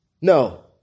No